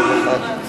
חיסול המדינה?